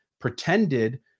pretended